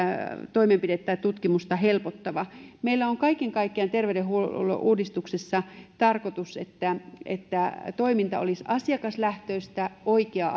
toimenpidettä tai tutkimusta helpottava meillä on kaiken kaikkiaan terveydenhuollon uudistuksessa tarkoitus että että toiminta olisi asiakaslähtöistä oikea